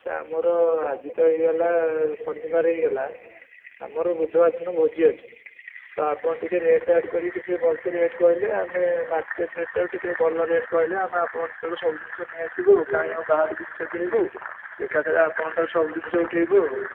ଆଚ୍ଛା ଆମର ଆଜି ତ ହେଇଗଲା ଶନିବାରେ ହେଇଗଲା ଆମର ବୁଧବାର ଦିନ ଭୋଜି ଅଛି ତ ଆପଣ ଟିକେ ରେଟ୍ ଆଡ଼୍ କରିକି ଟିକେ ଭଲସେ ରେଟ୍ କହିଲେ ଆମେ ମାର୍କେଟ୍ ରେଟ୍ ଠାରୁ ଟିକେ ଭଲ ରେଟ୍ କହିଲେ ଆମେ ଆପଣଙ୍କ ଠାରୁ ସବୁ ଜିନିଷ ନେଇ ଆସିବୁ କାଇଁ ଆଉ ବାହାର ଜିନିଷ କିଣିବୁ ଏକଥରେ ଆପଣଙ୍କଠୁ ସବୁ ଜିନିଷ ଉଠାଇବୁ ଆଉ